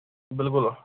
بِلکُل